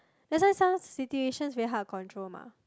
that's why some situations very hard to control mah